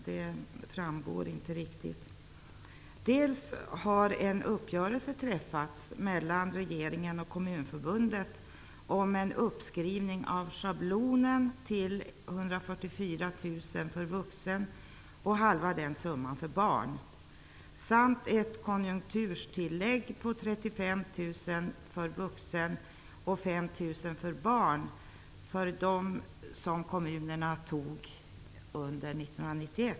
Det framgår inte riktigt. En uppgörelse har träffats mellan regeringen och Kommunförbundet om en uppskrivning av schablonersättningen till 144 000 kr för vuxna och hälften av det beloppet för barn. För de flyktingar som kommunerna tog emot 1991 skall de också få ett konjunkturtillägg på 35 000 kr för vuxna och 5 000 kr för barn.